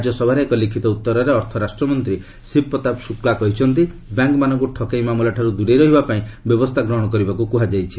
ରାଜ୍ୟସଭାରେ ଏକ ଲିଖିତ ଉତ୍ତରରେ ଅର୍ଥ ରାଷ୍ଟ୍ରମନ୍ତ୍ରୀ ଶିବପ୍ରତାପ ସୁକ୍ଲା କହିଛନ୍ତି ବ୍ୟାଙ୍କ୍ମାନଙ୍କୁ ଠକେଇ ମାମଲାଠାରୁ ଦୂରେଇ ରହିବା ପାଇଁ ବ୍ୟବସ୍ଥା ଗ୍ରହଣ କରିବାକୁ କୁହାଯାଇଛି